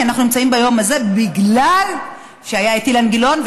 כי אנחנו נמצאים ביום הזה בגלל שהיה את אילן גילאון,